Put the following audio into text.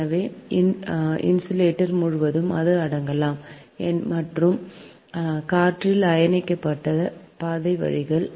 எனவே இன்சுலேட்டர் முழுவதும் அது நடக்கலாம் மற்றும் காற்றில் அயனியாக்கப்பட்ட பாதை வழிகள்